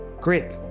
grip